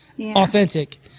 Authentic